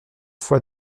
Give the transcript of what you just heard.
fois